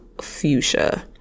fuchsia